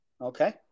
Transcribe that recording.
Okay